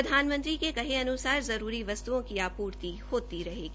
प्रधानमंत्री के कहे अन्सार जरूरी वस्त्ओं की आपूर्ति होती रहेगी